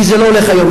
כי זה לא הולך היום,